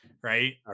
right